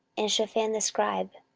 and shaphan the scribe,